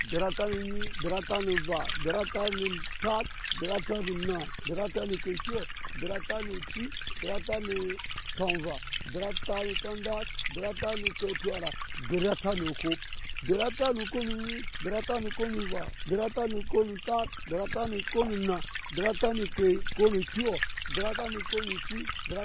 Deri atat nu onyi deri atat nu nva deri atat nu onyi deri atat nna nva deri atat nu onyi deri atat onci nva deri atat nu onyi deri atat nu tomva nva deri atat nu onyi deri atat nu kop nva deri atat nu onyi deri atat nu onyi nva deri atat nu onyi deri atat nu kop nva deri atat nu onyi deri atat nu nna nva deri atat nu onyi deri atat nu kyɔ nva deri atat nu onyi deri atat